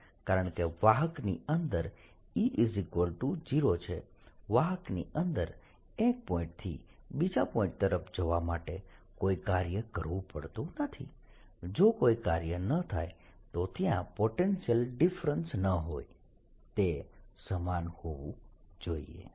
કારણ કે વાહકની અંદર E0 છે વાહકની અંદર એક પોઇન્ટથી બીજા પોઇન્ટ તરફ જવા માટે કોઈ કાર્ય કરવું પડતું નથી જો કોઈ કાર્ય ન થાય તો ત્યાં પોટેન્શિયલ ડિફરન્સ ન હોય તે સમાન હોવું જોઈએ